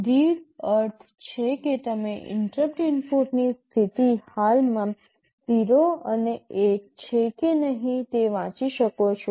read અર્થ છે કે તમે ઇન્ટરપ્ટ ઇનપુટની સ્થિતિ હાલમાં 0 અને 1 છે કે નહીં તે વાંચી શકો છો